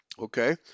Okay